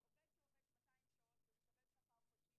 עובד שעובד 200 שעות או 250 ומקבל שכר חודשי,